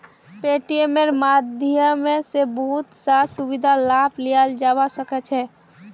पेटीएमेर माध्यम स बहुत स सुविधार लाभ लियाल जाबा सख छ